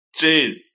Jeez